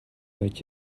байж